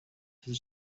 his